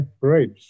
great